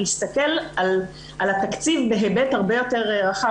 להסתכל על התקציב בהיבט הרבה יותר רחב,